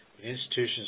institutions